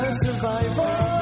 survival